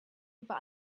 über